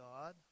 God